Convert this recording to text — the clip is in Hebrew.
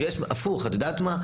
הפוך, את יודעת מה?